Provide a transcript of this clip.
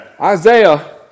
Isaiah